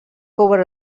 over